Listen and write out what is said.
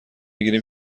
گیریم